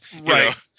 Right